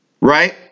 Right